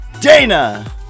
Dana